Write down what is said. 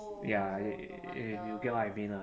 ya y~ y~ you get what I mean ah